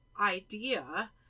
idea